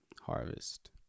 harvest